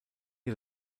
ihr